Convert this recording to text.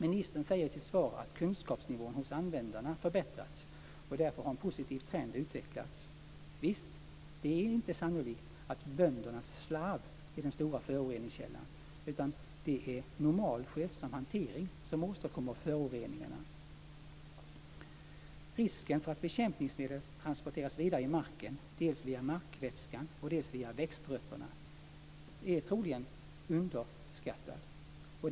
Ministern säger i sitt svar att kunskapsnivån hos användarna har förbättrats och därför har en positiv trend utvecklats. Visst. Det är inte sannolikt att böndernas slarv är den stora föroreningskällan, utan det är normal skötsam hantering som åstadkommer föroreningarna. Risken för att bekämpningsmedel transporteras vidare i marken dels via markvätskan, dels via växtrötter är troligen underskattad.